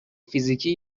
فیزیکی